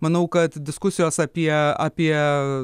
manau kad diskusijos apie apie